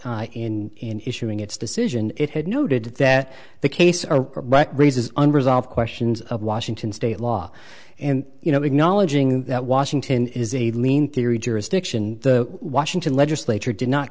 in issuing its decision it had noted that the case are raises unresolved questions of washington state law and you know acknowledging that washington is a lean theory jurisdiction the washington legislature did not